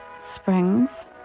springs